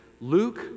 Luke